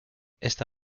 esta